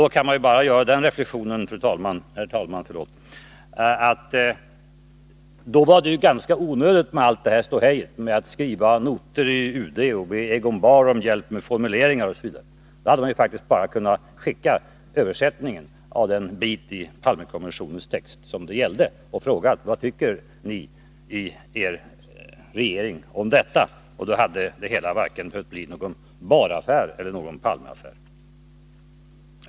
Då kan man bara göra reflexionen att det var ganska onödigt med allt ståhej med att skriva noter i UD och be Egon Bahr om hjälp med formuleringar osv. Då hade man faktiskt bara kunnat skicka översättningen av den bit i Palmekommissionens text som det gällde och frågat: Vad tycker ni i er regering om detta? Då hade det hela behövt bli varken någon Bahr-affär eller någon Palme-affär.